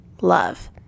Love